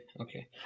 okay